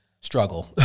struggle